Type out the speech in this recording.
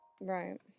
right